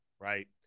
right